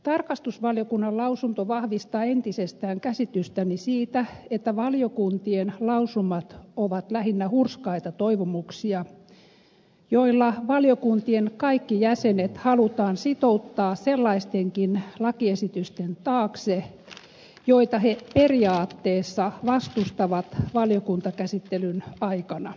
tarkastusvaliokunnan lausunto vahvistaa entisestään käsitystäni siitä että valiokuntien lausumat ovat lähinnä hurskaita toivomuksia joilla valiokuntien kaikki jäsenet halutaan sitouttaa sellaistenkin lakiesitysten taakse joita he periaatteessa vastustavat valiokuntakäsittelyn aikana